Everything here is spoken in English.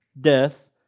death